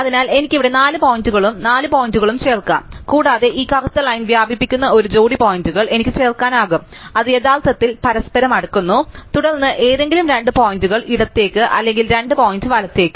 അതിനാൽ എനിക്ക് ഇവിടെ നാല് പോയിന്റുകളും നാല് പോയിന്റുകളും ചേർക്കാം കൂടാതെ ഈ കറുത്ത ലൈൻ വ്യാപിപ്പിക്കുന്ന ഒരു ജോടി പോയിന്റുകൾ എനിക്ക് ചേർക്കാനാകും അത് യഥാർത്ഥത്തിൽ പരസ്പരം അടുക്കുന്നു തുടർന്ന് ഏതെങ്കിലും രണ്ട് പോയിന്റുകൾ ഇടത്തേക്ക് അല്ലെങ്കിൽ രണ്ട് പോയിന്റ് വലത്തേക്ക്